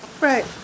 right